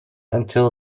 until